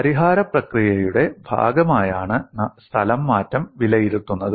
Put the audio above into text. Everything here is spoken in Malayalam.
പരിഹാര പ്രക്രിയയുടെ ഭാഗമായാണ് സ്ഥലംമാറ്റം വിലയിരുത്തുന്നത്